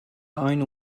aynı